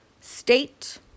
state